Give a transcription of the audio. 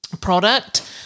product